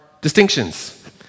distinctions